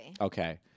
Okay